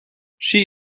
she